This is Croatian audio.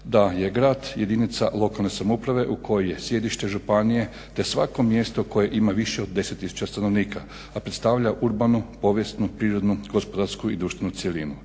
da je grad jedinica lokalne samouprave u kojoj je sjedište županije, te svako mjesto koje ima više od 10000 stanovnika, a predstavlja urbanu, povijesnu, prirodnu, gospodarsku i društvenu cjelinu.